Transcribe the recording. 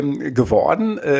geworden